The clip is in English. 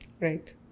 Right